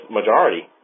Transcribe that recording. majority